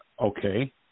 okay